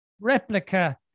replica